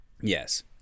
Yes